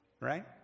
right